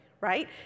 right